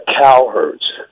Cowherds